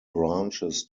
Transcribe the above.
branches